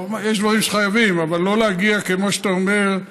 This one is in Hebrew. יש דברים שחייבים, אבל לא להגיע, כמו שאתה אומר,